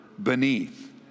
beneath